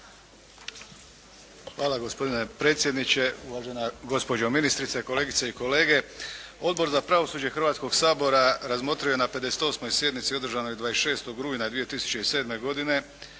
Hvala gospodine predsjedniče. Uvažena gospođo ministrice, kolegice i kolege. Odbor za pravosuđe Hrvatskog sabora razmotrio je na 58 sjednici održanoj 26. rujna 2007. godine